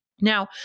Now